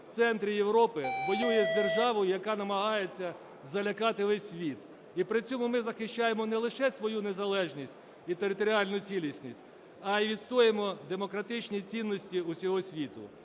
в центрі Європи воює з державою, яка намагається залякати весь світ. І при цьому ми захищаємо не лише свою незалежність і територіальну цілісність, а і відстоюємо демократичні цінності усього світу.